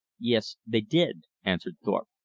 yes, they did, answered thorpe.